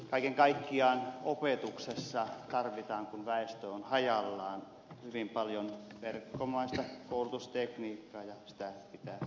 kaiken kaikkiaan opetuksessa tarvitaan kun väestö on hajallaan hyvin paljon verkkomaista koulutustekniikkaa ja sitä pitää maksimaalisesti hyödyntää